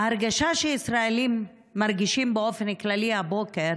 ההרגשה שהישראלים מרגישים באופן כללי הבוקר